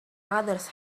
others